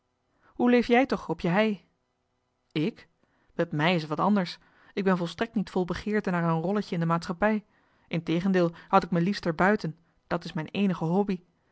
hoe leef jij toch op je hei johan de meester de zonde in het deftige dorp ik met mij is het wat anders ik ben volstrekt niet vol begeerte naar een rolletje in de maatschappij integendeel houd ik me liefst er buiten dat is mijn eenige hobby